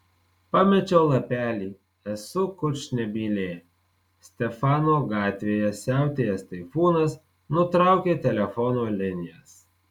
pamečiau lapelį esu kurčnebylė stefano gatvėje siautėjęs taifūnas nutraukė telefono linijas